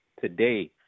Today